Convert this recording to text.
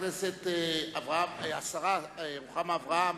השרה רוחמה אברהם,